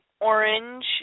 orange